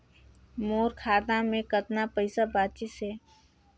मोर खाता मे कतना पइसा बाचिस हे?